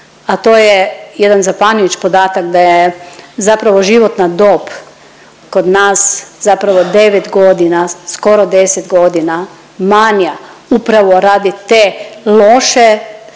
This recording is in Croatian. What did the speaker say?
a to je jedan zapanjujuć podatak, da je zapravo životna dob kod nas zapravo 9 godina, skoro 10 godina manja upravo radi te loše skrbi